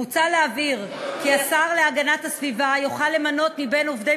מוצע להבהיר כי השר להגנת הסביבה יוכל למנות מבין עובדי